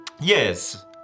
Yes